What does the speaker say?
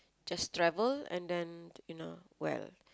just travel and then you know well